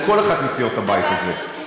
לכל אחת מסיעות הבית הזה.